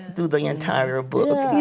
through the entire book.